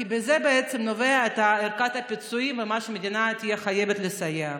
כי מזה נובעים הפיצויים ומה שהמדינה תהיה חייבת לסייע.